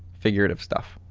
figurative stuff.